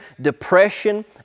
depression